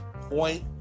Point